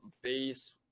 base